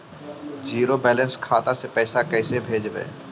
Zero balance खाता से पैसा कैसे भेजबइ?